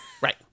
Right